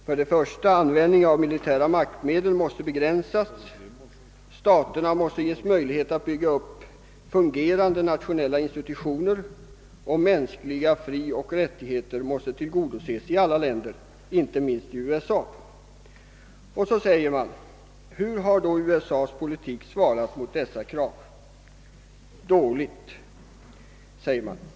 För det första måste användningen av militärmaktmedel begränsas. Staterna måste få möjlighet att bygga upp fungerande nationella institutioner, och mänskliga frioch rättigheter måste tillgodoses i alla länder, inte minst i USA. Så frågar man: Hur har då USA:s politik svarat mot dessa krav? Dåligt, säger man.